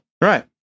Right